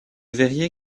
verrier